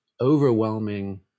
overwhelming